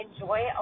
enjoy